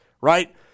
right